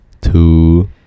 two